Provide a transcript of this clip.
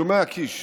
שומע, קיש?